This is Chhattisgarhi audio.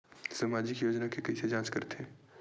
सामाजिक योजना के कइसे जांच करथे?